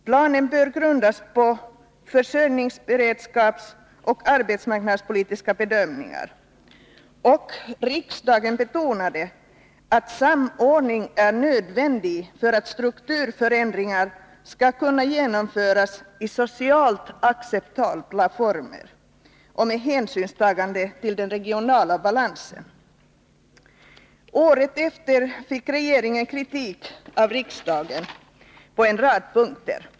Planen bör grundas på försörjningsberedskapsoch arbetsmarknadspolitiska bedömningar. Riksdagen betonade att samordning är nödvändig för att strukturförändringar skall kunna genomföras i socialt acceptabla former och med hänsynstagande till den regionala balansen. Året därefter fick regeringen kritik av riksdagen på en rad punkter.